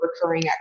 recurring